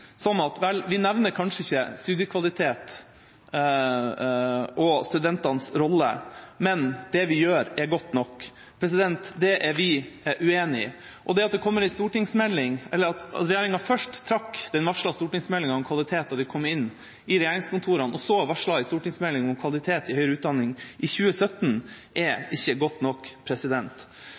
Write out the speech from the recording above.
sånn at vel, vi nevner kanskje ikke studiekvalitet og studentenes rolle, men det vi gjør, er godt nok. Det er vi uenig i. Det at regjeringa først trakk den varslede stortingsmeldinga om kvalitet da de kom inn i regjeringskontorene, og så varslet en stortingsmelding om kvalitet i høyere utdanning i 2017, er ikke godt nok.